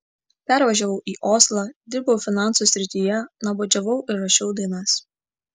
pervažiavau į oslą dirbau finansų srityje nuobodžiavau ir rašiau dainas